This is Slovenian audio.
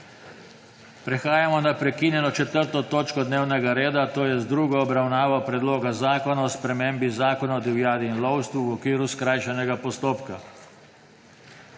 Prehajamo na prekinjeno 4. točko dnevnega reda, to je na drugo obravnavo Predlog zakona o spremembi Zakona o divjadi in lovstvu v okviru skrajšanega postopka.